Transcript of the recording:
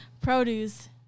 Produce